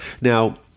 Now